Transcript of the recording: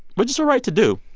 which is her right to do.